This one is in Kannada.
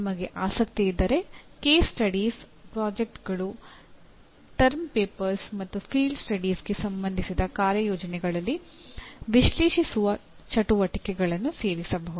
ನಿಮಗೆ ಆಸಕ್ತಿ ಇದ್ದರೆ ಕೇಸ್ ಸ್ಟಡೀಸ್ ಪ್ರಾಜೆಕ್ಟ್ಗಳು ಟರ್ಮ್ ಪೇಪರ್ಸ್ ಮತ್ತು ಫೀಲ್ಡ್ ಸ್ಟಡೀಸ್ಗೆ ಸಂಬಂಧಿಸಿದ ಕಾರ್ಯಯೋಜನೆಗಳಲ್ಲಿ ವಿಶ್ಲೇಷಿಸುವ ಚಟುವಟಿಕೆಗಳನ್ನು ಸೇರಿಸಬಹುದು